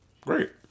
Great